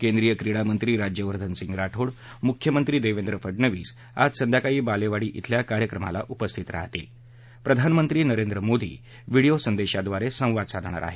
केंद्रीय क्रिडा मंत्री राज्यवर्धन सिंग राठोड मुख्यमंत्री देवेंद्र फडनवीस आज संध्याकाळी बालेवाडी धिल्या कार्यक्रमाला उपस्थित राहतील प्रधानमंत्री नरेंद्र मोदी व्हिडीओ संदेशाह्वारे संवाद साधणार आहेत